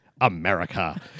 America